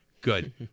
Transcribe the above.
good